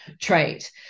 trait